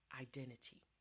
identity